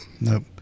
Nope